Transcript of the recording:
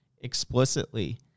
explicitly